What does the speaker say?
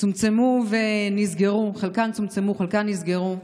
צומצמו ונסגרו, חלקן צומצמו, חלקן נסגרו,